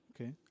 Okay